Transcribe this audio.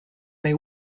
may